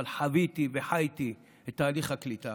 אבל חוויתי וחייתי את תהליך הקליטה,